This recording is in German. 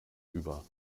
über